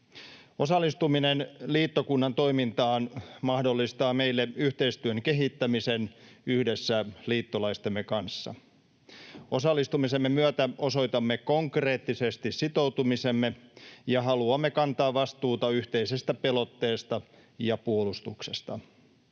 Osallistuminen liittokunnan toimintaan mahdollistaa meille yhteistyön kehittämisen yhdessä liittolaistemme kanssa. Osallistumisemme myötä osoitamme konkreettisesti sitoutumisemme ja halumme kantaa vastuuta yhteisestä pelotteesta ja puolustuksesta.